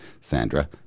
Sandra